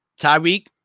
Tyreek